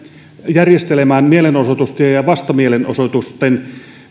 järjestelemään mielenosoitusten ja vastamielenosoitusten